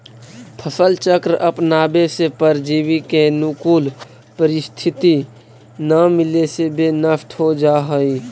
फसल चक्र अपनावे से परजीवी के अनुकूल परिस्थिति न मिले से वे नष्ट हो जाऽ हइ